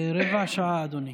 שעה, אדוני.